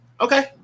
okay